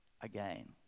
again